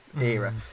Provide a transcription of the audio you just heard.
era